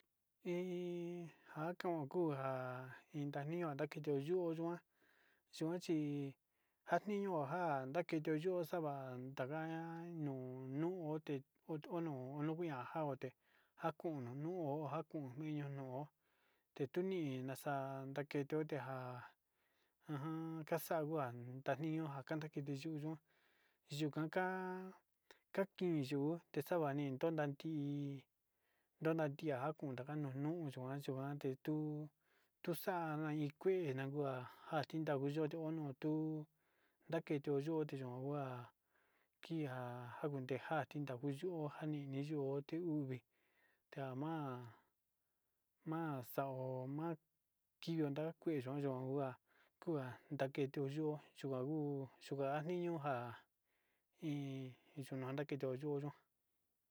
Te iin nja kua iin ndan nio naketo yuu yujuan yuan chi njan niño ndajan ndaketo yuu xava'a taka nuu nuu oté ono nujuan najaote njakun nuu njakun niño no'o tetuna naxa'a naketo tinja jan kaja nuu tanio takiti yuu nakiyu takan kakini yuu texavani yuu nandi ndonantia kayunanu, yikuan yikuande tuu nuxana iin kua ndandua atindaku yo ono tuu ndaketo yuo tikua ngua kia njakute ka'a naketo yuu njamini yuu tuve tama ma'a xao kivio nakue, yo yonkua kua naketo yuo yuokua uu unda niño njan iin yunnaketo yuo yuo.